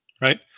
right